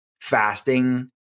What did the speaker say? fasting